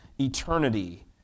eternity